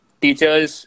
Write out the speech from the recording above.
teachers